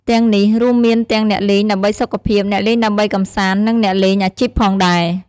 ទាំងនេះរួមមានទាំងអ្នកលេងដើម្បីសុខភាព អ្នកលេងដើម្បីកម្សាន្ត និងអ្នកលេងអាជីពផងដែរ។